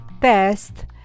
test